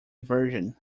version